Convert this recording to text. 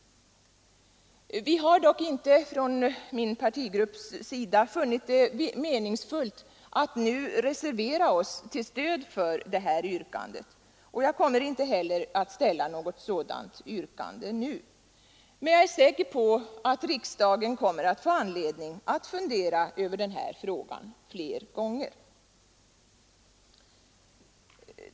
Vi har dock inte från min partigrupps sida funnit det meningsfullt att nu reservera oss till stöd för det här förslaget, och jag kommer inte heller att ställa något sådant yrkande nu. Men jag är säker på att riksdagen kommer att få anledning att fundera över den här frågan fler gånger.